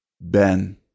Ben